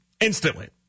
instantly